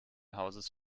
hauses